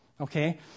Okay